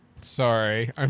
Sorry